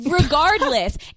Regardless